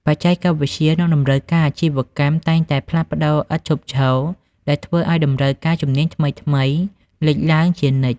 បច្ចេកវិទ្យា និងតម្រូវការអាជីវកម្មតែងតែផ្លាស់ប្ដូរឥតឈប់ឈរ ដែលធ្វើឱ្យតម្រូវការជំនាញថ្មីៗលេចឡើងជានិច្ច។